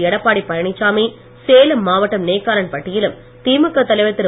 எடப்பாடி பழனிச்சாமி சேலம் மாவட்டம் நெய்க்காரன்பட்டியிலும் திமுக தலைவர் திரு